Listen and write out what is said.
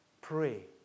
pray